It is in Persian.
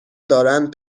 دارند